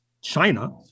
China